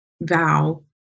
vow